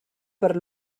per